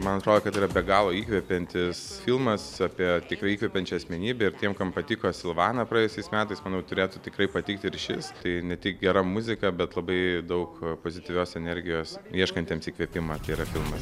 man atrodo kad tai yra be galo įkvepiantis filmas apie tikrą įkvepiančią asmenybę ir tiem kam patiko silvana praėjusiais metais manau turėtų tikrai patikti ir šis tai ne tik gera muzika bet labai daug pozityvios energijos ieškantiems įkvėpimo tai yra filmas